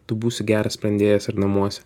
tu būsi geras sprendėjas ir namuose